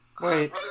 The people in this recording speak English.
Wait